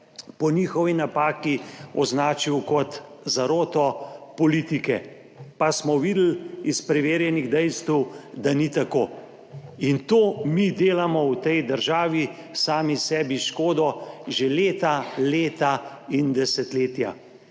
po njihovi napaki označil kot zaroto politike, pa smo videli iz preverjenih dejstev, da ni tako. In to mi delamo v tej državi, sami sebi škodo že leta, leta in desetletja.